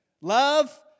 love